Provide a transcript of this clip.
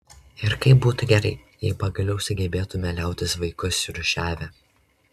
ir kaip būtų gerai jei pagaliau sugebėtume liautis vaikus rūšiavę